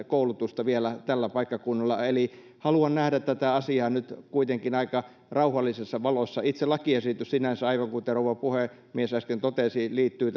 koulutusta vielä tällä paikkakunnalla eli haluan nähdä tämän asian nyt kuitenkin aika rauhallisessa valossa itse lakiesitys sinänsä aivan kuten rouva puhemies äsken totesi liittyy